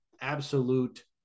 Absolute